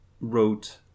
wrote